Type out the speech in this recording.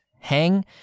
hang